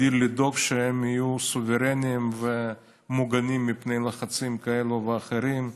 תפקידי לדאוג שהם יהיו סוברניים ומוגנים מפני לחצים כאלה ואחרים.